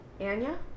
Anya